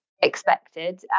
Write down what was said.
expected